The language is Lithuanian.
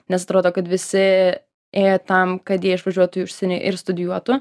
nes atrodo kad visi ėjo tam kad jie išvažiuotų į užsienį ir studijuotų